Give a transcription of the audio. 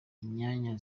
inyanya